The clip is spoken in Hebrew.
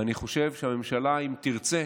ואני חושב שאם הממשלה תרצה,